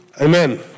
Amen